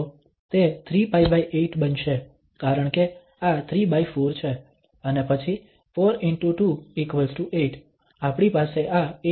તો તે 3π8 બનશે કારણ કે આ 34 છે અને પછી 4✕28 આપણી પાસે આ 8 છે